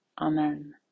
Amen